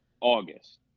August